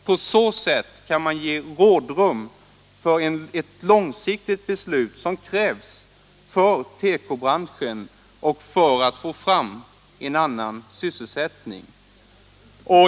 På så sätt kan man ge rådrum för ett långsiktigt beslut, som krävs 137 för tekobranschen, och för att få fram annan sysselsättning.